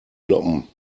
noppen